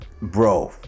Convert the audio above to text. bro